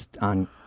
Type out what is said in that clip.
on